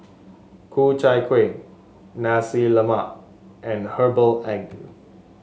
Ku Chai Kueh Nasi Lemak and Herbal Egg